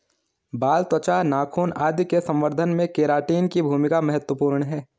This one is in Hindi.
बाल, त्वचा, नाखून आदि के संवर्धन में केराटिन की भूमिका महत्त्वपूर्ण है